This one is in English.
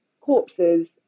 corpses